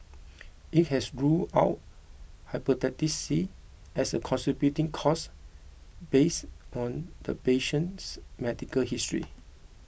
it has ruled out Hepatitis C as a contributing cause based on the patient's medical history